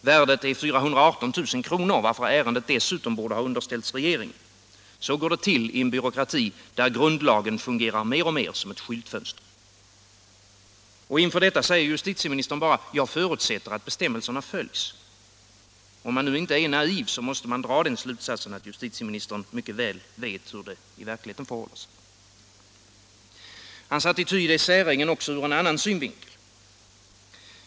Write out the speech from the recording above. Värdet är 418 000 kr., varför ärendet dessutom borde ha underställts regeringen. Så går det till i en byråkrati, där grundlagen fungerar mer och mer som ett skyltfönster. Och inför detta säger justitieministern bara: ”Jag förutsätter att dessa bestämmelser iakttas.” Om man inte är naiv måste man dra den slutsatsen att justitieministern mycket väl vet hur det förhåller sig. Justitieministerns attityd är märklig också ur en annan synvinkel.